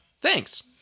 Thanks